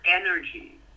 energy